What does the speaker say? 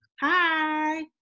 Hi